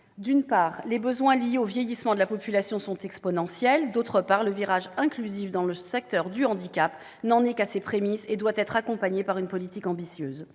D'une part, les besoins liés au vieillissement de la population sont exponentiels. D'autre part, le virage inclusif dans le secteur du handicap n'en est qu'à ses prémices et doit être accompagné par une politique ambitieuse.